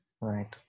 right